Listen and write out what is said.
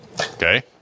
Okay